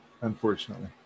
unfortunately